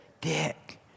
Dick